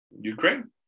Ukraine